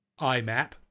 IMAP